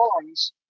songs